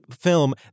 film